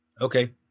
Okay